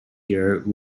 year